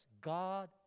God